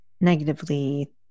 negatively